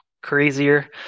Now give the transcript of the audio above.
crazier